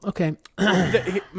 Okay